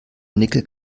nickel